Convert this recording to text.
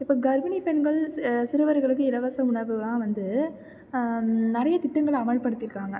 இப்போ கர்ப்பிணிப் பெண்கள் சிறுவர்களுக்கு இலவச உணவுலாம் வந்து நிறைய திட்டங்களை அமல்படுத்தியிருக்காங்க